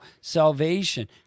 Salvation